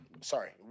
Sorry